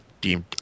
deemed